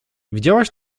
widziałaś